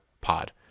pod